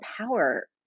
power